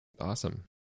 Awesome